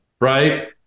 Right